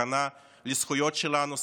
סכנה לזכויות שלנו,